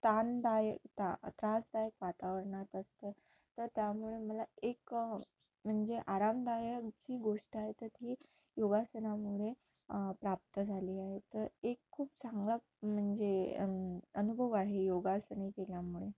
ताणदाय ता त्रासदायक वातावरणात असतं तर त्यामुळे मला एक म्हणजे आरामदायक जी गोष्ट आहे तर ती योगासनामुळे प्राप्त झाली आहे तर एक खूप चांगला म्हणजे अनुभव आहे योगासने केल्यामुळे